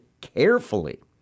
carefully